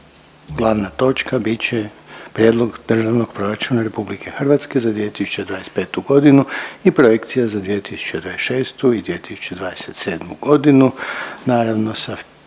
glavna točka bit će Prijedlog državnog proračuna Republike Hrvatske za 2025. godinu i projekcija za 2026. i 2027. godinu, naravno sa